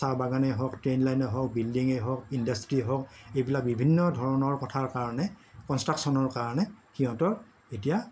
চাহ বাগানেই হওক ট্ৰেইন লাইনেই হওক বিল্ডিঙেই হওক ইণ্ডাষ্ট্ৰীয়েই হওক এইবিলাক বিভিন্ন ধৰণৰ কথাৰ কাৰণে কনষ্ট্ৰাকশ্যনৰ কাৰণে সিহঁতৰ এতিয়া